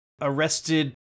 Arrested